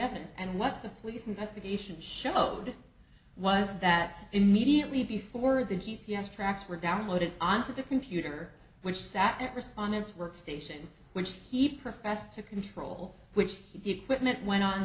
evidence and what the police investigation showed was that immediately before the g p s tracks were downloaded onto the computer which sat respondents workstation which he professed to control which he equipment went on